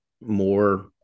more